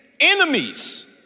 enemies